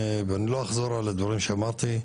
ואני לא אחזור על הדברים שאמרתי,